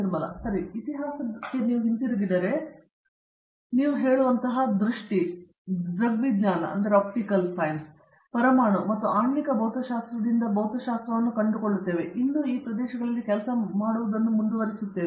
ನಿರ್ಮಲ ಸರಿ ನೀವು ಇತಿಹಾಸದಲ್ಲಿ ಹಿಂತಿರುಗಿದರೆ ನೀವು ಹೇಳುವಂತಹ ದೃಷ್ಟಿ ದೃಗ್ವಿಜ್ಞಾನ ಪರಮಾಣು ಮತ್ತು ಆಣ್ವಿಕ ಭೌತಶಾಸ್ತ್ರದಿಂದ ಭೌತಶಾಸ್ತ್ರವನ್ನು ಕಂಡುಕೊಳ್ಳುತ್ತೇವೆ ಮತ್ತು ನಾವು ಇನ್ನೂ ಈ ಪ್ರದೇಶಗಳಲ್ಲಿ ಕೆಲಸ ಮಾಡುವುದನ್ನು ಮುಂದುವರಿಸುತ್ತೇವೆ